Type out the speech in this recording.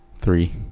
Three